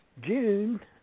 June